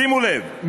שימו לב,